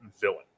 villain